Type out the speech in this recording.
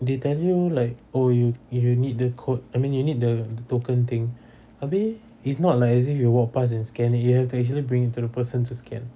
they tell you like oh you you don't need the code I mean you need the token thing abeh it's not like it's as if you walk past and scan it you have to actually bring to the person to scan